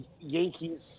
Yankees